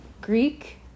Greek